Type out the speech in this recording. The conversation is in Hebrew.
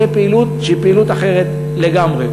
תהיה פעילות שהיא פעילות אחרת לגמרי.